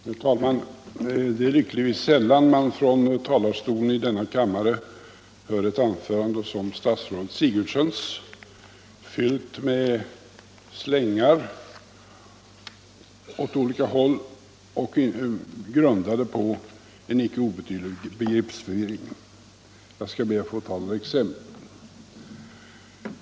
Herr talman! Det är ytterligt sällan som man från talarstolen här i kammaren får höra ett sådant anförande som fru statsrådet Sigurdsens, så fyllt av slängar åt olika håll, grundade på en icke obetydlig begreppsförvirring. Jag skall be att få ta några exempel.